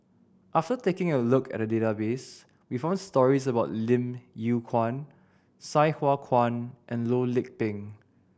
after taking a look at the database we found stories about Lim Yew Kuan Sai Hua Kuan and Loh Lik Peng